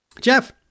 Jeff